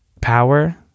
power